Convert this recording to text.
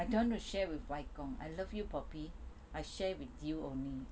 I don't want to share with 外公 I love you poppy I share with you only